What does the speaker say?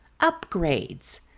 upgrades